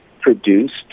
produced